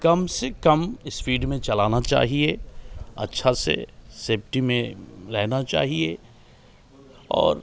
कम से कम स्पीड में चलाना चाहिए अच्छा से सेफ्टी में रहना चाहिए और